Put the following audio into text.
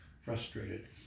frustrated